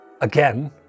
again